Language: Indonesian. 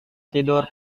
tidur